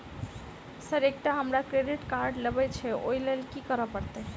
Sir एकटा हमरा credit card लेबकै छैय ओई लैल की करऽ परतै?